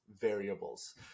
variables